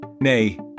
nay